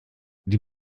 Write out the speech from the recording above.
die